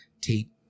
Tate